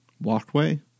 walkway